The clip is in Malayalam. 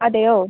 അതെയോ